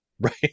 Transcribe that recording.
Right